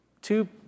two